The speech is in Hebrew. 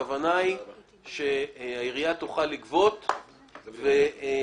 הכוונה היא שהעירייה תוכל לגבות והשלטון